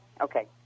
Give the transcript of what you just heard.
Okay